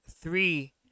three